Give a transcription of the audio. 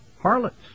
harlots